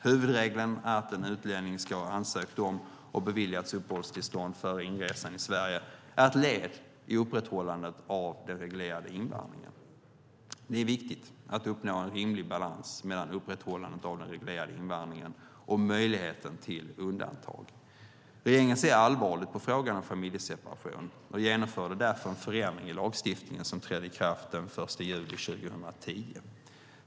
Huvudregeln att en utlänning ska ha ansökt om och beviljats uppehållstillstånd före inresan i Sverige är ett led i upprätthållandet av den reglerade invandringen. Det är viktigt att uppnå en rimlig balans mellan upprätthållandet av den reglerade invandringen och möjligheten till undantag. Regeringen ser allvarligt på frågan om familjeseparation och genomförde därför en förändring i lagstiftningen som trädde i kraft den 1 juli 2010.